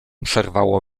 przerwało